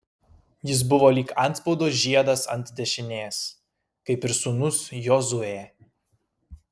jis buvo lyg antspaudo žiedas ant dešinės kaip ir sūnus jozuė